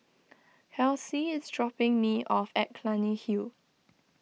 Kelsey is dropping me off at Clunny Hill